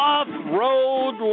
Off-Road